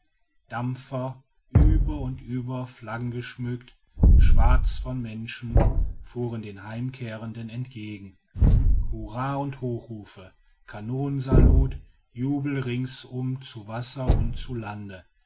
dampfer über und über flaggengeschmückt schwarz von menschen fuhren den heimkehrenden entgegen hurra und hochrufe kanonensalut jubel ringsum zu wasser und zu lande